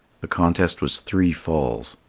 the contest was three falls.